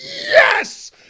yes